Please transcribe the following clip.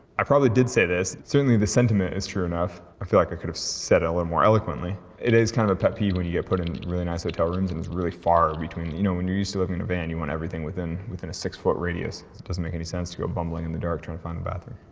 i probably did say this, certainly the sentiment is true enough. i feel like i could have said it a little and more eloquently. it is kind of pet peeve when you get put in really nice hotel rooms and it's really far between, you know when you're used to living in a van you want everything within within a six foot radius. it doesn't make any sense to go bumbling in the dark trying to find the bathroom.